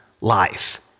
life